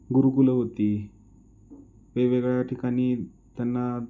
गुरुकुलं होती वेगवेगळ्या ठिकाणी त्यांना